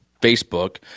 Facebook